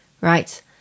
Right